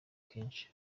kenshi